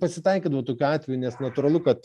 pasitaikydavo tokių atvejų nes natūralu kad